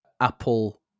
apple